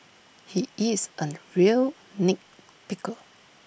he is A real nit picker